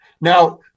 Now